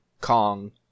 Kong